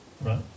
right